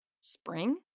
Spring